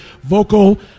vocal